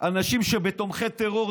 אנשים שהם תומכי טרור,